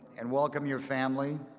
and welcome your family,